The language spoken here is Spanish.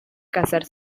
cazar